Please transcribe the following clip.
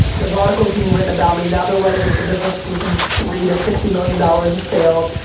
there's articles being written about me. now they're writing that the business grew from three to sixty million dollars in sales.